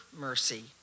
mercy